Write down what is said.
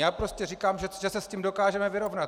Já prostě říkám, že se s tím dokážeme vyrovnat.